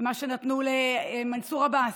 מה שנתנו למנסור עבאס,